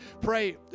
pray